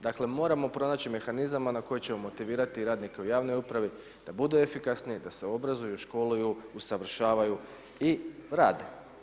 Dakle moramo pronaći mehanizama na koji ćemo motivirati radnike u javnoj upravi, da budu efikasni, da se obrazuju, školuju, usavršavaju i rade.